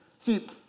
See